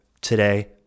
today